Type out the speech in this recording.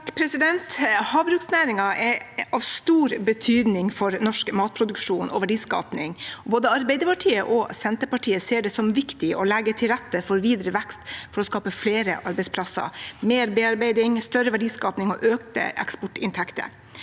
(A) Havbruksnæ- ringen er av stor betydning for norsk matproduksjon og verdiskaping. Både Arbeiderpartiet og Senterpartiet ser det som viktig å legge til rette for videre vekst for å skape flere arbeidsplasser, mer bearbeiding, større verdiskaping og økte eksportinntekter.